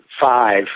five